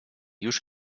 już